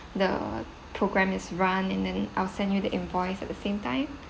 the programme is run and then I'll send you the invoice at the same time